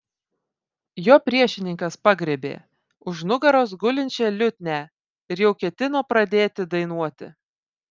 jo priešininkas pagriebė už nugaros gulinčią liutnią ir jau ketino pradėti dainuoti